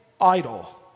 idol